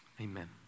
Amen